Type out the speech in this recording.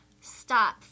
Stop